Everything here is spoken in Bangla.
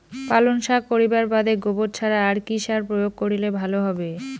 পালং শাক করিবার বাদে গোবর ছাড়া আর কি সার প্রয়োগ করিলে ভালো হবে?